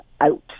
out